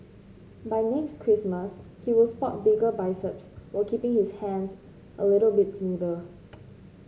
by next Christmas he will spot bigger biceps while keeping his hands a little bit smoother